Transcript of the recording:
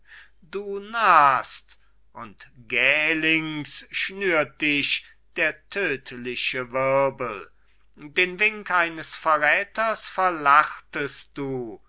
du nahst und gählings schnürt dich der tödliche wirbel den wink eines verräters verlachtest du